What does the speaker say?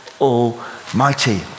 Almighty